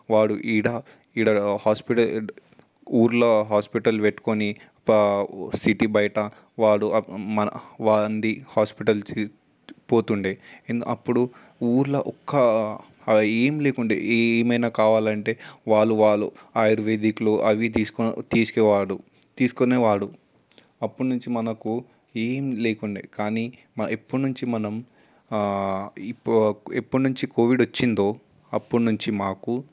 వాడు ఇక్కడ ఇక్కడ హాస్పిటల్ ఊళ్ళో హాస్పిటల్ పెట్టుకొని సిటీ బయట వాడు మన వారిది హాస్పిటల్కి పోతుండేది అప్పుడు ఊళ్ళో ఒక్క ఏం లేకుండేది ఏమైనా కావాలంటే వాళ్ళు వాళ్ళు ఆయుర్వేదిక్లు అవి తీసుకొని తీసుకొనేవాడు తీసుకునేవాడు అప్పటి నుంచి మనకు ఏం లేకుండే కానీ ఇప్పటి నుంచి మనం ఎప్పటి నుంచి కోవిడ్ వచ్చిందో అప్పుడు నుంచి మాకు